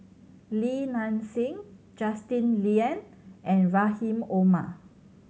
Li Nanxing Justin Lean and Rahim Omar